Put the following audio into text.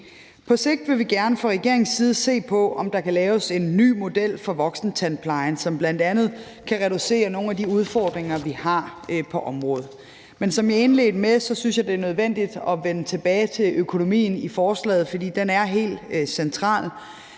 På sigt vil vi gerne fra regeringens side se på, om der kan laves en ny model for voksentandplejen, som bl.a. kan reducere nogle af de udfordringer, vi har på området, men som jeg indledte med, synes jeg, det er nødvendigt at vende tilbage til økonomien i forslaget, fordi den er helt central.